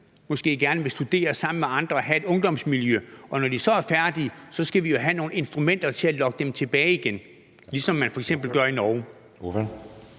måske gerne vil studere sammen med andre og have et ungdomsmiljø. Og når de så er færdige, skal vi jo have nogle instrumenter til at lokke dem tilbage igen, ligesom man f.eks. gør det i Norge.